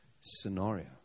scenario